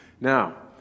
Now